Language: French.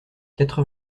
quatre